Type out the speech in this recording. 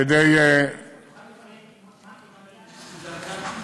כדי, תוכל לפרט מה קיבלת בנושא ג'סר-א-זרקא?